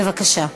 בבקשה.